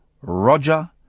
Roger